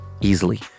easily